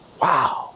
Wow